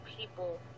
people